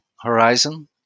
horizon